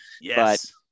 Yes